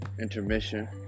intermission